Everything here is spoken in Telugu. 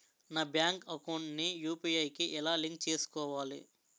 నా బ్యాంక్ అకౌంట్ ని యు.పి.ఐ కి ఎలా లింక్ చేసుకోవాలి?